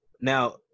Now